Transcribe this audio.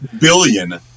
billion